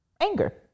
anger